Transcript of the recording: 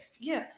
Yes